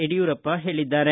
ಯಡಿಯೂರಪ್ಪ ಹೇಳಿದ್ದಾರೆ